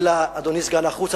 אדוני סגן החוץ,